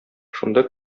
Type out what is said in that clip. шунда